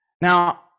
Now